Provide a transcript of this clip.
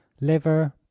liver